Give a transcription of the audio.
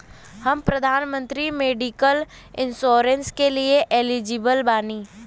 हम प्रधानमंत्री medical insurance के लिए एलिजिबल बानी?